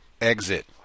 Exit